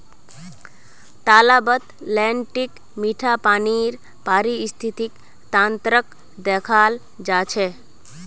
तालाबत लेन्टीक मीठा पानीर पारिस्थितिक तंत्रक देखाल जा छे